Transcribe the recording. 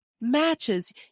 matches